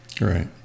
Right